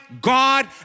God